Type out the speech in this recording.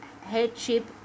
headship